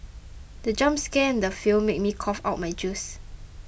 the jump scare in the film made me cough out my juice